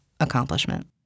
accomplishment